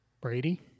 Brady